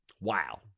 Wow